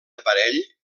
aparell